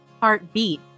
Heartbeat